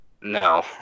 No